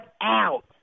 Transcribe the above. out